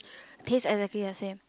taste exactly the same